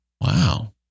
Wow